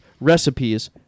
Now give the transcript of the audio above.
recipes